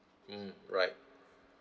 mm right